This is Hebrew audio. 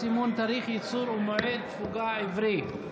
סימון תאריך ייצור ומועד תפוגה עברי).